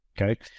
Okay